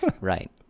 right